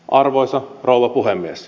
arvoisa rouva puhemies